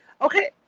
Okay